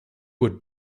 would